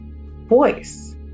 voice